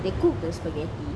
they cook the spaghetti